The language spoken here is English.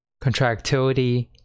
contractility